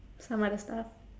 some other stuff